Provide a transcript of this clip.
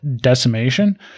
decimation